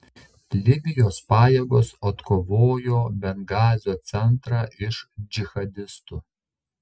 libijos pajėgos atkovojo bengazio centrą iš džihadistų